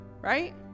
right